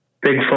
big